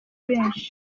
benshi